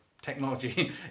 technology